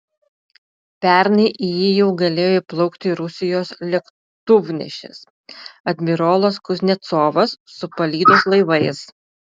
pernai į jį jau galėjo įplaukti rusijos lėktuvnešis admirolas kuznecovas su palydos laivais